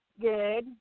Good